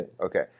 Okay